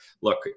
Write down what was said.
look